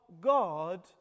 God